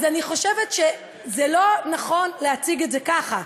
אז אני חושבת שזה לא נכון להציג את זה ככה.